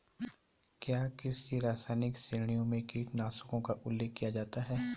क्या कृषि रसायन श्रेणियों में कीटनाशकों का उल्लेख किया जाता है?